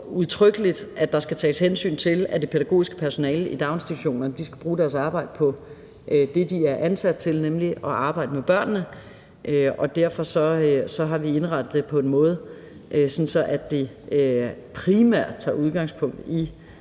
udtrykkeligt, at der skal tages hensyn til, at det pædagogiske personale i daginstitutionerne skal bruge deres arbejde på det, de er ansat til, nemlig at arbejde med børnene Derfor har vi indrettet det på en måde, så det primært tager udgangspunkt i